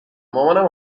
مامانم